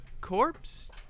corpse